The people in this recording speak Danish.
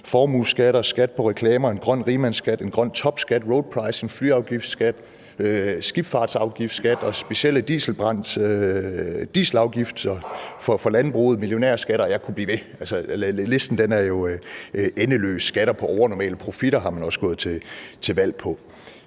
formueskatter, skat på reklamer, en grøn rigmandsskat, en grøn topskat, roadpricing, flyafgiftsskat, skibsfartsafgiftsskat og specielle dieselafgifter for landbruget, millionærskatter, og jeg kunne blive ved, for listen er endeløs. Skatter på overnormale profitter er man også gået til valg på.